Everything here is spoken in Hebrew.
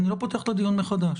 אני לא פותח את הדיון מחדש.